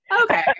Okay